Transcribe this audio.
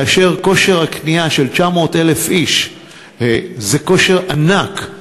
כושר הקנייה של 900,000 איש זה כושר ענק,